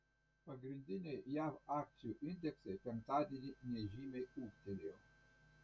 pagrindiniai jav akcijų indeksai penktadienį nežymiai ūgtelėjo